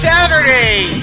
Saturday